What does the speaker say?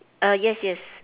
err yes yes